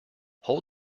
hold